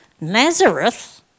Nazareth